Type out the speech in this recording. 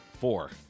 Four